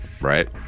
right